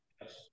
Yes